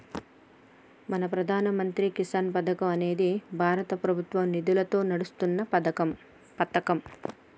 మన ప్రధాన మంత్రి కిసాన్ పథకం అనేది భారత ప్రభుత్వ నిధులతో నడుస్తున్న పతకం